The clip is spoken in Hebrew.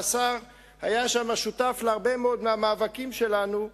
והשר היה שם שותף להרבה מאוד מהמאבקים שלנו.